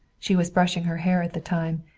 she was brushing her hair at the time,